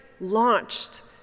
launched